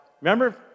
Remember